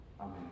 Amen